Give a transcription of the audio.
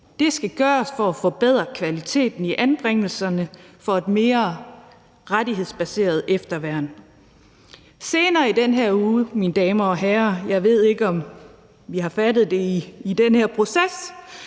Det skal sørge for at forbedre kvaliteten i anbringelserne og for et mere rettighedsbaseret efterværn. Senere i den her uge, mine damer og herrer – og jeg ved ikke, om vi har fattet det i den her proces